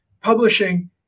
Publishing